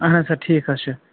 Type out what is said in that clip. اہَن حظ سَر ٹھیٖک حظ چھِ